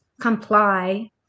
comply